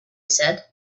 said